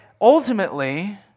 ultimately